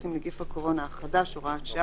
עם נגיף הקורונה החדש (הוראת שעה),